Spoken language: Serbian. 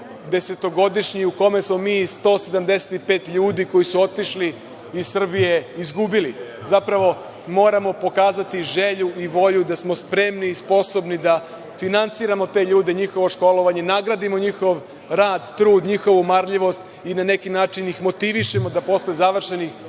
desetogodišnji, u kome smo mi 175 ljudi koji su otišli iz Srbiji izgubili. Zapravo, moramo pokazati želju i volju da smo spremni i sposobni da finansiramo te ljude, njihovo školovanje, nagradimo njihov rad, trud, njihovu marljivost i na neki način ih motivišemo da posle završenih